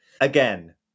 Again